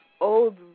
old